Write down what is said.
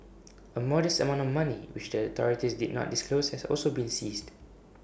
A modest amount of money which the authorities did not disclose has also been seized